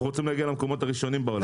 אנחנו רוצים להגיע למקומות הראשונים בעולם.